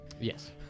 Yes